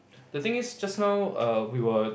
the thing is just now err we were